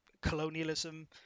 colonialism